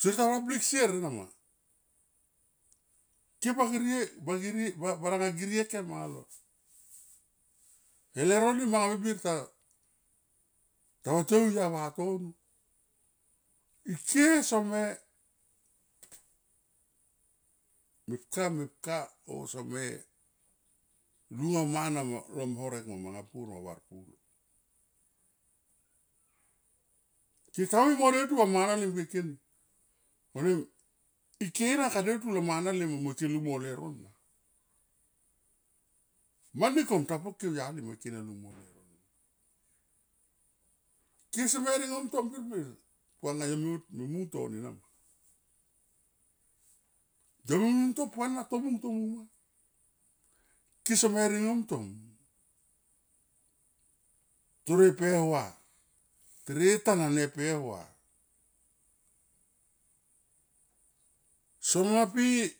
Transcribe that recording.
sier ta vablik sier ena ma, ke va girie, ba girie va baranga girie kem anga lo. E leuro ni manga me bir ta, ta va tiou i au ya vatono. Ike seme mepka, mepka o seme lu mo mana ma lo horek, mo manga pur mo var pulo, keka mui mo deltu va mana le kekeni, vanem ike ra ka deltu lo mana lem mo ikem lung mo leuro na mani ko ta poke au yali mo ike na lung mo leuro na. Ke seme ringom tom birbir puanga yome mung to ena ma yome mung to pua na tomung, tomung ma ke ringom tom tono e pe hua, tere tan ane pe hua some pi.